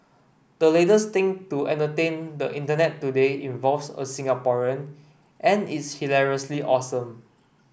the latest thing to entertain the Internet today involves a Singaporean and it's hilariously awesome